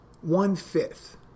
one-fifth